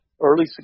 early